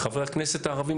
לחברי הכנסת הערבים,